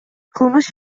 кылмыш